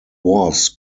was